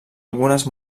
algunes